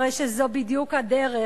הרי זאת בדיוק הדרך,